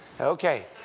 Okay